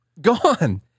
gone